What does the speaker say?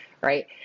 right